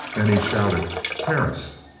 then he shouted perris!